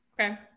Okay